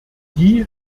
die